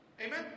Amen